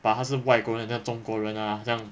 but 他是外国人啊中国人啊好像